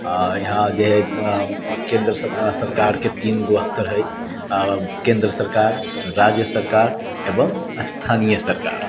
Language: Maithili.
यहाँ जे हइ केन्द्र सरकारके तीन गो स्तर है केन्द्र सरकार राज्य सरकार एवम स्थानीय सरकार